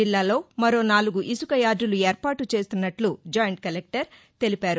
జిల్లాలో మరో నాలుగు ఇసుక యార్డులు ఏర్పాటు చేస్తున్నట్ల జాయింట్ కలెక్టర్ తెలిపారు